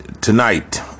Tonight